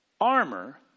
armor